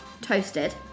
toasted